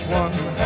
one